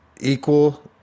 equal